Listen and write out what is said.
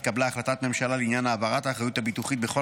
התקבלה החלטת ממשלה לעניין העברת האחריות הביטוחית בכל